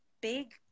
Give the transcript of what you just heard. big